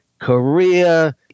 Korea